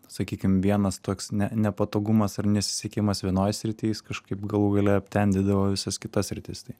sakykim vienas toks ne nepatogumas ar nesisekimas vienoj srity jis kažkaip galų gale aptemdydavo visas kitas sritis tai